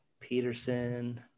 Peterson